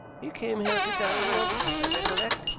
he came here to dine once, i recollect.